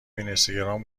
اینستاگرام